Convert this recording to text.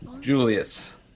Julius